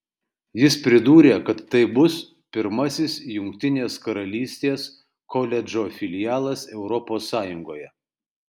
jis pridūrė kad tai bus pirmasis jungtinės karalystės koledžo filialas europos sąjungoje